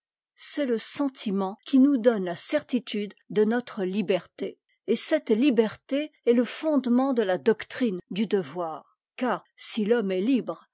c'est e sentiment qui nous donne la certitude de notre liberté et cette liberté est le fondement de la doctrine du devoir car si t'homme est libre